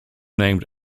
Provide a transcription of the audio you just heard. named